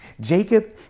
Jacob